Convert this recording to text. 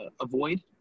avoid